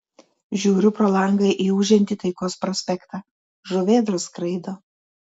žiūriu pro langą į ūžiantį taikos prospektą žuvėdros skraido